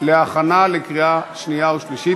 להכנה לקריאה השנייה והשלישית.